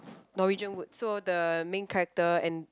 Norwegian Wood so the main character and